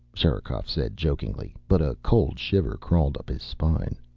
sherikov said jokingly, but a cold shiver crawled up his spine.